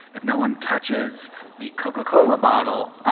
if no one touches the coca-cola bottle,